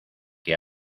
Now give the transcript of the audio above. que